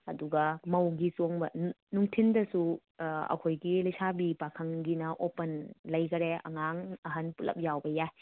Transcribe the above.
ꯑꯗꯨꯒ ꯃꯧꯒꯤ ꯆꯣꯡꯕ ꯅꯨꯡꯊꯤꯟꯗꯁꯨ ꯑꯩꯈꯣꯏꯒꯤ ꯂꯩꯁꯥꯕꯤ ꯄꯥꯈꯪꯒꯤꯅ ꯑꯣꯄꯟ ꯂꯩꯈꯔꯦ ꯑꯉꯥꯡ ꯑꯍꯟ ꯄꯨꯂꯞ ꯌꯥꯎꯕ ꯌꯥꯏ